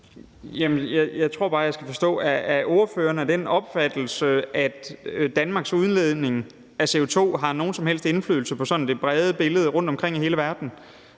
Jeg tror bare, jeg skal forstå noget. Er ordføreren af den opfattelse, at Danmarks udledning af CO2 har nogen som helst indflydelse på det store billede rundtomkring i hele verden?